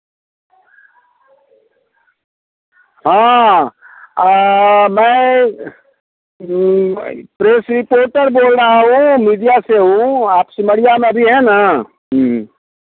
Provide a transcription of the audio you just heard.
हाँ मैं press reporter बोल रहा हूँ मीडिया से हूँ आप सिमड़िया में अभी हैं ना